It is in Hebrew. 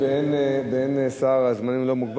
לסגן השר ליצמן כבר לא,